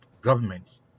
government